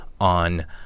on